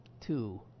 two